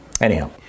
Anyhow